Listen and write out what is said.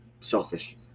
selfish